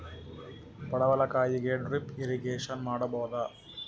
ಪಡವಲಕಾಯಿಗೆ drip irrigation ಮಾಡಬೋದ?